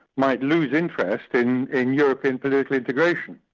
might lose interest in in european political integration,